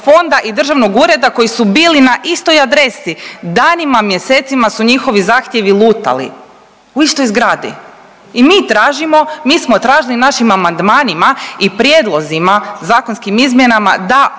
fonda i državnog ureda koji su bili na istoj adresi, danima i mjesecima su njihovi zahtjevi lutali u istoj zgradi i mi tražimo, mi smo tražili našim amandmanima i prijedlozima, zakonskim izmjenama da